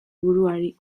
buruari